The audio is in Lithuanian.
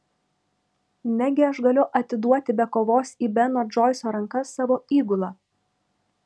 negi aš galiu atiduoti be kovos į beno džoiso rankas savo įgulą